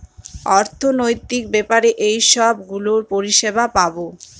অর্থনৈতিক ব্যাপারে এইসব গুলোর পরিষেবা পাবো